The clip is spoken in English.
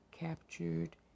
Captured